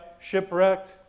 Shipwrecked